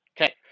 Okay